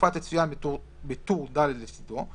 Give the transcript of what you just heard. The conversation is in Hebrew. והתקופה תצוין בטור ד' לצדו,